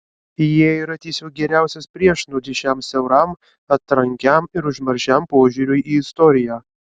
ji yra tiesiog geriausias priešnuodis šiam siauram atrankiam ir užmaršiam požiūriui į istoriją